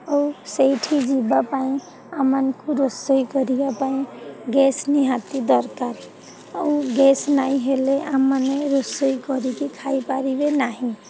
ଆଉ ସେଇଠି ଯିବା ପାଇଁ ଆମମାନଙ୍କୁ ରୋଷେଇ କରିବା ପାଇଁ ଗ୍ୟାସ୍ ନିହାତି ଦରକାର ଆଉ ଗ୍ୟାସ୍ ନାଇଁ ହେଲେ ଆମେମାନେ ରୋଷେଇ କରିକି ଖାଇପାରିବେ ନାହିଁ